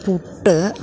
puttu